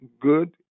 good